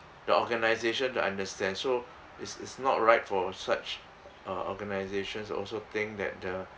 the organisation to understand so is is not right for such a organisation also think that the